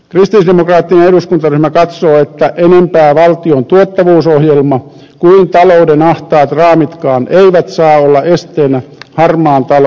kristillisdemokraattinen eduskuntaryhmä katsoo että enempää valtion tuottavuusohjelma kuin talouden ahtaat raamitkaan eivät saa olla esteenä harmaan talouden kitkemisessä